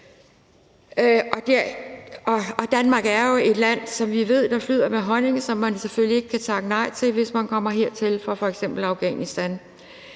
Danmark er jo et land, som vi ved flyder med honning, og som man selvfølgelig ikke kan takke nej til, hvis man kommer hertil fra f.eks. Afghanistan.